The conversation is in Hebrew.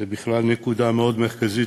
זו בכלל נקודה מאוד מרכזית,